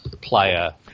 player